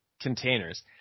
containers